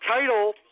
title